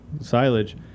silage